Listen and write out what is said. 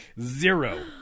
Zero